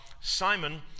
Simon